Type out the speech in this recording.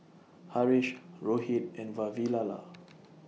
Haresh Rohit and Vavilala